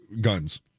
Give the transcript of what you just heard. guns